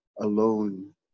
alone